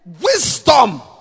wisdom